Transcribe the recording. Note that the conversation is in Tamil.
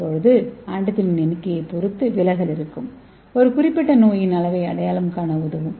இப்போது ஆன்டிஜென்களின் எண்ணிக்கையைப் பொறுத்து விலகல் இருக்கும் இது குறிப்பிட்ட நோயின் அளவை அடையாளம் காண உதவும்